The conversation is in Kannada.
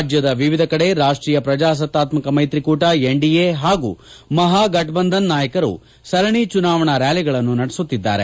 ರಾಜ್ಯದ ವಿವಿಧ ಕಡೆ ರಾಷ್ಟೀಯ ಪ್ರಜಾಸತ್ತಾತ್ಮಕ ಮೈತ್ರಿಕೂಟ ಎನ್ಡಿಎ ಹಾಗೂ ಮಹಾಘಟಬಂಧನ್ ನಾಯಕರು ಸರಣಿ ಚುನಾವಣಾ ರ್್ಯಾಲಿಗಳನ್ನು ನಡೆಸುತ್ತಿದ್ದಾರೆ